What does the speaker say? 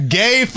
gay